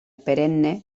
perenne